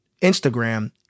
Instagram